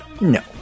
No